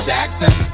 Jackson